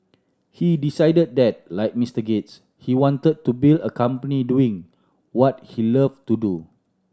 he decided that like Mister Gates he wanted to build a company doing what he loved to do